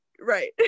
Right